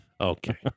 Okay